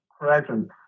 presence